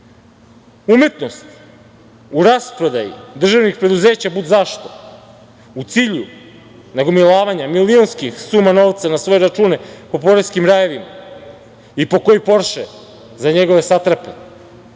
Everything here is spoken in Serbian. Umetnost u rasprodaji državnih preduzeća budzašto, u cilju nagomilavanja milionskih suma novca na svoje račune po poreskim rajevima i pokoji „porše“ za njegove satrape.